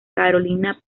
carolina